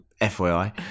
fyi